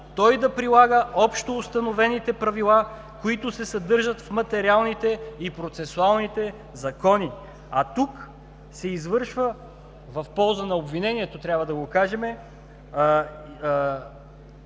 той да прилага общоустановените правила, които се съдържат в материалните и процесуалните закони. А тук се извършва в полза на обвинението, трябва да го кажем,